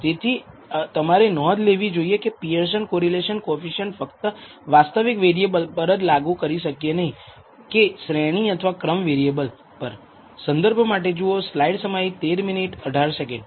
તેથી તમારે નોંધ લેવી જોઈએ કે પિઅરસન કોરિલેશન કોએફિસિએંટ ફક્ત વાસ્તવિક વેરિએબલ પર જ લાગુ કરી શકીએ નહીં કે શ્રેણી અથવા ક્રમ વેરિએબલ પર